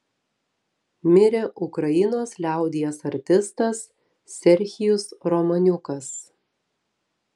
mirė ukrainos liaudies artistas serhijus romaniukas